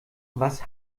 was